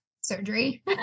surgery